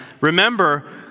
remember